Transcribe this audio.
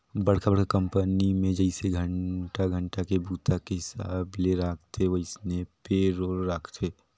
बड़खा बड़खा कंपनी मे जइसे घंटा घंटा के बूता के हिसाब ले राखथे वइसने पे रोल राखथे